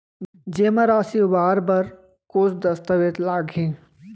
जेमा राशि उबार बर कोस दस्तावेज़ लागही?